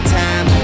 time